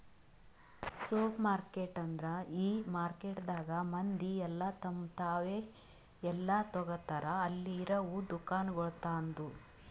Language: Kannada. ಸೂಪರ್ಮಾರ್ಕೆಟ್ ಅಂದುರ್ ಈ ಮಾರ್ಕೆಟದಾಗ್ ಮಂದಿ ಎಲ್ಲಾ ತಮ್ ತಾವೇ ಎಲ್ಲಾ ತೋಗತಾರ್ ಅಲ್ಲಿ ಇರವು ದುಕಾನಗೊಳ್ದಾಂದು